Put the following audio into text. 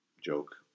joke